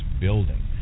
building